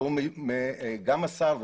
וגם השר,